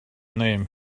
name